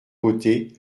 côté